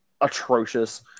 atrocious